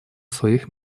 своих